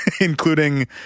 Including